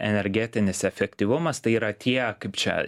energetinis efektyvumas tai yra tie kaip čia